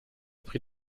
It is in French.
pris